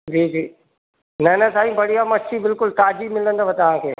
जी जी न न साईं बढ़िया मछी बिल्कुलु ताजी मिलंदव तव्हांखे